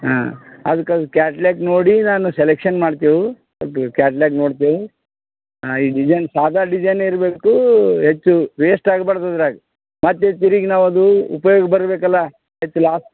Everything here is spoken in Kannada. ಹಾಂ ಅದ್ಕೆ ಅದು ಕ್ಯಾಟ್ಲಾಗ್ ನೋಡಿ ನಾನು ಸೆಲೆಕ್ಷನ್ ಮಾಡ್ತೀವಿ ಅದು ಕ್ಯಾಟ್ಲಾಗ್ ನೋಡ್ತೀವಿ ಹಾಂ ಈ ಡಿಸೈನ್ ಸಾದಾ ಡಿಸೈನೇ ಇರಬೇಕು ಹೆಚ್ಚು ವೇಸ್ಟ್ ಆಗಬಾರ್ದು ಅದ್ರಾಗೆ ಮತ್ತೆ ತಿರುಗಿ ನಾವು ಅದು ಉಪಯೋಗ ಬರಬೇಕಲ್ಲ ಹೆಚ್ಚು ಲಾಸ್